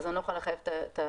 אני לא יכולה לחייב את היבואנים.